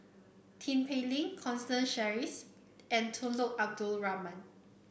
Tin Pei Ling Constance Sheares and Tunku Abdul Rahman